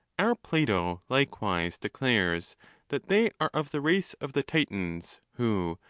our plato likewise declares that they are of the race of the titans, who,